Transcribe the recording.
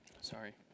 Sorry